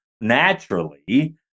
naturally